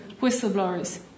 whistleblowers